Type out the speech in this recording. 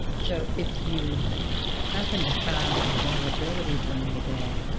so if you happen to have availability during the day,